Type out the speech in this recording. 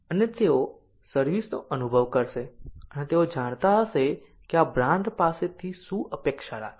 અને તેઓ સર્વિસ નો અનુભવ કરશે અને તેઓ જાણતા હશે કે આ બ્રાન્ડ પાસેથી શું અપેક્ષા રાખવી